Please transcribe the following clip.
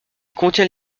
contient